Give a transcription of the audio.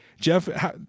Jeff